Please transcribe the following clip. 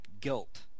guilt